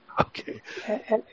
Okay